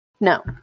No